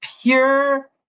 pure